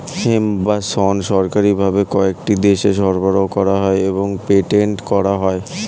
hemp বা শণ সরকারি ভাবে কয়েকটি দেশে সরবরাহ করা হয় এবং পেটেন্ট করা হয়